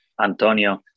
Antonio